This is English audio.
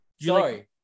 sorry